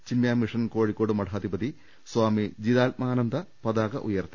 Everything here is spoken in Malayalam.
ചിന്മയമിഷൻ കോഴിക്കോട് മഠാധിപതി സ്വാമി ജിതാത്മാനന്ദ പതാക ഉയർത്തി